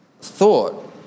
thought